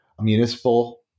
municipal